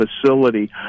facility